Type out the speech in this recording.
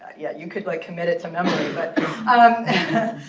yeah you could like commit it to memory. but ah um